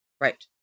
Right